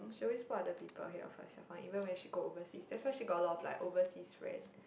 she always put other people ahead of herself one even when she go overseas that's why she got a lot of like overseas friend